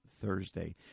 Thursday